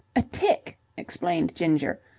a tick, explained ginger.